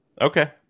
Okay